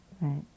Right